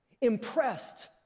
impressed